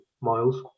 miles